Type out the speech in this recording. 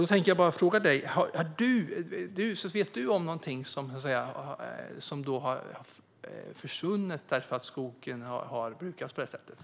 Jag tänkte därför fråga dig om du känner till något som har försvunnit därför att skogen har brukats på ett visst sätt?